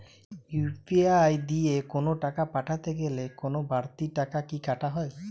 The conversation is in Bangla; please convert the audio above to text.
ইউ.পি.আই দিয়ে কোন টাকা পাঠাতে গেলে কোন বারতি টাকা কি কাটা হয়?